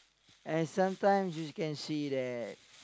and sometimes you can see that